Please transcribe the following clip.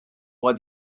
what